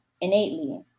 innately